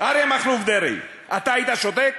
אריה מכלוף דרעי, אתה היית שותק?